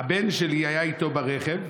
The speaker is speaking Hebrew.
"הבן שלי היה איתו ברכב.